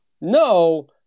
no